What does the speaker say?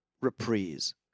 reprise